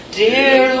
dear